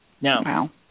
Now